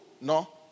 No